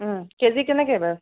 KG কেনেকৈ বাৰু